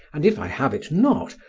and if i have it not,